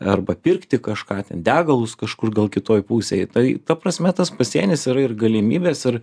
arba pirkti kažką ten degalus kažkur gal kitoj pusėj tai ta prasme tas pasienis yra ir galimybės ir